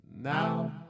Now